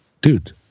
dude